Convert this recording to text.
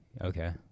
Okay